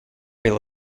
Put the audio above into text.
real